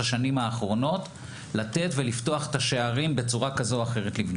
השנים האחרונות ולפתוח בפניהם את השערים בצורה כזו או אחרת.